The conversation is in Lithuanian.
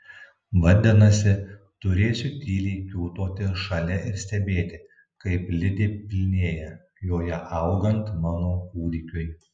vadinasi turėsiu tyliai kiūtoti šalia ir stebėti kaip lidė pilnėja joje augant mano kūdikiui